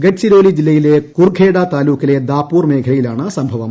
ഗഡ് ചിരോലി ജില്ലയിലെ കുർഖേഡാ താലൂക്കിലെ ദാപ്പൂർ മേഖലയിലാണ് സംഭവം